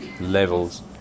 levels